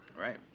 Right